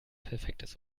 perfektes